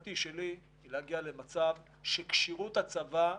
המלצתי שלי היא להגיע למצב שכשירות הצבא,